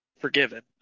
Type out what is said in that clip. forgiven